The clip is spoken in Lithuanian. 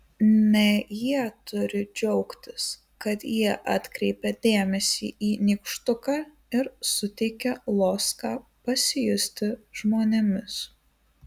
ne jie turi džiaugtis kad jie atkreipia dėmesį į nykštuką ir suteikia loską pasijusti žmonėmis